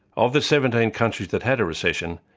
of the seventeen countries that had a recession,